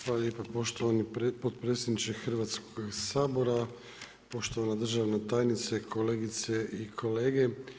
Hvala lijepa poštovani potpredsjedniče Hrvatskog sabora, poštovana državna tajnice, kolegice i kolege.